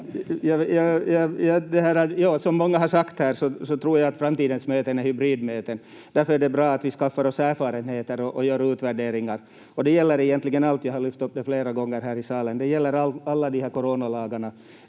Ja, som många har sagt här så tror jag att framtidens möten är hybridmöten. Därför är det bra att vi skaffar oss erfarenheter och gör utvärderingar, och det gäller egentligen allt — jag har lyft upp det flera gånger här i salen. Det gäller alla de här coronalagarna.